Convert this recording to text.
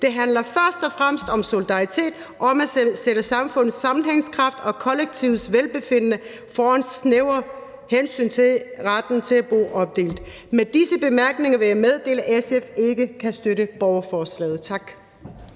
Det handler først og fremmest om solidaritet og om at sætte samfundets sammenhængskraft og kollektive velbefindende foran snævre hensyn til retten til at bo opdelt Med disse bemærkninger vil jeg meddele, at SF ikke kan støtte borgerforslaget. Tak.